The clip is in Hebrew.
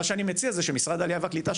מה שאני מציע זה שמשרד העלייה והקליטה,